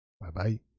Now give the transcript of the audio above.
bye-bye